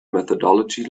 methodology